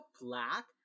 black